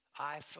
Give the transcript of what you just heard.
iPhone